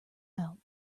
out